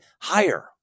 higher